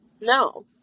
no